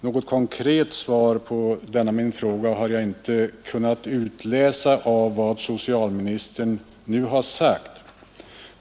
Något konkret svar på denna fråga har jag inte kunnat utläsa av vad socialministern nu har sagt.